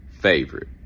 favorite